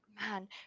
man